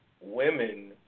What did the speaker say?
women